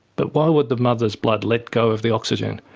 but why would the mother's blood let go of the oxygen?